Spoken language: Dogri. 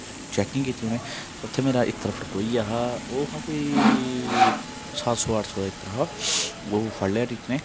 चैकिंग कीती उ'नें उत्थें मेरा इत्र फकड़ोई गेआ ओह् हा कोई सत्त सौ अट्ठ सौ दा इत्र हा ओह् फड़ी लेआ टीचरें